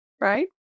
right